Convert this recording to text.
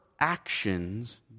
actions